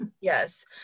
Yes